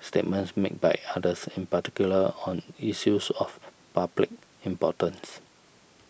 statements made by others in particular on issues of public importance